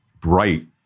bright